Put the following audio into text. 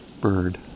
bird